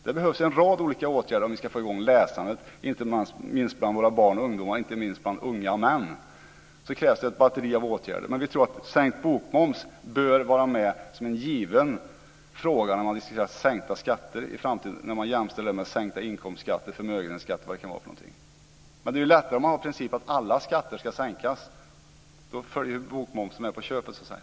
Det behövs en rad olika åtgärder för att få i gång läsandet, inte minst bland våra barn och ungdomar, och inte minst bland unga män krävs det ett batteri av åtgärder. Vi tror att frågan om sänkt bokmoms bör vara given i diskussionen om sänkta skatter i framtiden - då jämställt med sänkta inkomstskatter, förmögenhetsskatter eller vad det nu kan vara. Det är lättare att ha principen att alla skatter ska sänkas, för då följer bokmomsen med på köpet så att säga.